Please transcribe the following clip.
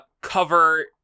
cover